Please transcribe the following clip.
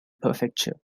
prefecture